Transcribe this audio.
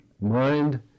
Mind